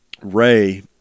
Ray